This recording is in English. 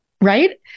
Right